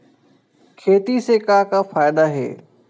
खेती से का का फ़ायदा हे?